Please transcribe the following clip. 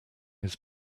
his